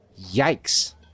Yikes